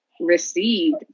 Received